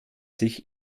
sich